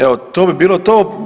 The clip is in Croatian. Evo, to bi bilo to.